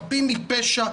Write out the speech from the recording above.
חפים מפשע,